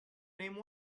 name